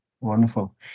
Wonderful